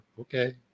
Okay